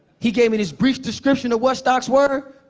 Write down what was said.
he gave me this brief description of what stocks were,